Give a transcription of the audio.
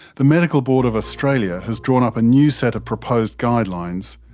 the medical board of australia has drawn up a new set of proposed guidelines,